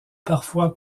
parfois